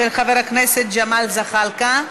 של חבר הכנסת ג'מאל זחאלקה.